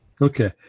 Okay